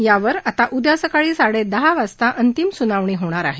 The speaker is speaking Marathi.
यावर आता उदया सकाळी साडे दहा वाजता अंतिम सुनावणी होणार आहे